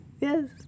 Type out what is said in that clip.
Yes